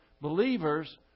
believers